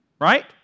Right